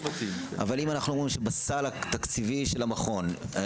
אבל אם אנחנו אומרים שבסל התקציבי של המכון,